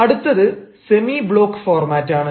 അടുത്തത് semi block ഫോർമാറ്റാണ്